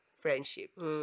friendships